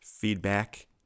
Feedback